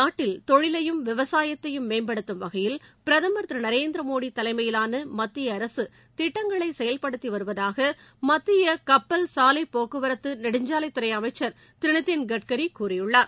நாட்டில் தொழிலையும் விவசாயத்தையும் மேம்படுத்தும் வகையில் பிரதமர் திரு நரேந்திர மோடி தலைமையிலான மத்திய அரக திட்டங்களை செயல்படுத்தி வருவதாக கப்பல் சாலை போக்குவரத்து நெடுஞ்சாலைத் துறை அமைச்சர் திரு நிதின் கட்கரி கூறியுள்ளார்